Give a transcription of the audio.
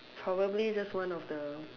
probably just one of the